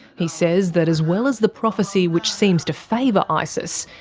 he says that as well as the prophesy which seems to favour isis,